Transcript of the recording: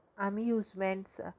amusements